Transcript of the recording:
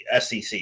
SEC